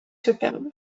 superbe